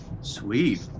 Sweet